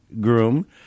Groom